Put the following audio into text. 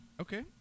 Okay